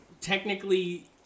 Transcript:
technically